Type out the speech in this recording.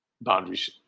boundaries